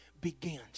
begins